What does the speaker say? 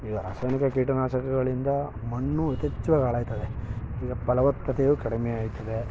ಈಗ ರಾಸಾಯನಿಕ ಕೀಟ ನಾಶಕಗಳಿಂದ ಮಣ್ಣು ಯಥೇಚ್ವಾಗಿ ಹಾಳಾಯ್ತದೆ ಈಗ ಫಲವತ್ತತೆಯು ಕಡಿಮೆ ಆಯ್ತದೆ